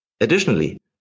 Additionally